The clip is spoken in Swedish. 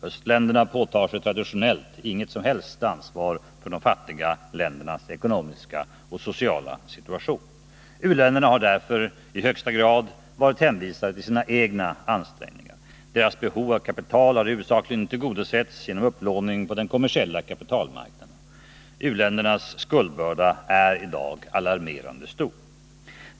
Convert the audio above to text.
Östländerna påtar sig traditionellt inget som helst ansvar för de fattiga ländernas ekonomiska och sociala situation. U-länderna har därför i högsta grad varit hänvisade till sina egna ansträngningar. Deras behov av kapital har huvudsakligen tillgodosetts genom upplåning på den kommersiella kapitalmarknaden. Deras skuldbörda är i dag alarmerande stor.